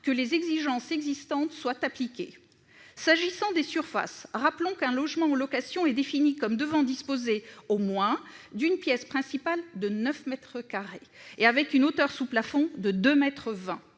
que les exigences existantes seront appliquées. S'agissant des surfaces, rappelons qu'un logement en location est défini comme devant disposer, au moins, d'une pièce principale de 9 mètres carrés, avec une hauteur sous plafond de 2,20